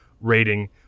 rating